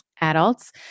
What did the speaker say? adults